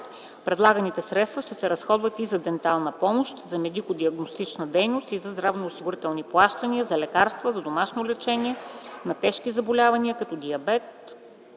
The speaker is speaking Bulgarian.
Предлаганите средства ще се разходват и за дентална помощ, за медикодиагностична дейност и за здравноосигурителни плащания, за лекарства за домашно лечение на тежки заболявания като диабет,